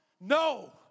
No